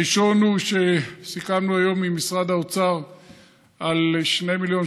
הראשון הוא שסיכמנו היום עם משרד האוצר על 2 מיליון